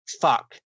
Fuck